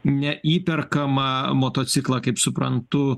neįperkamą motociklą kaip suprantu